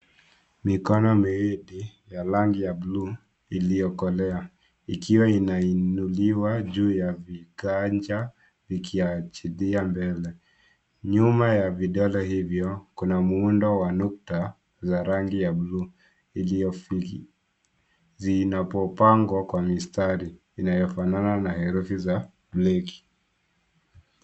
Mikono miwili ya rangi ya buluu iliyokolea ikiwa inainuliwa juu ya viganja vikiachilia mbele. Nyuma ya vidole hivyo kuna muundo wa nukta za rangi ya buluu zinapopangwa kwa mistari inayofanana na herufi za breli.